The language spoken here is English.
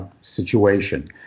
situation